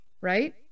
right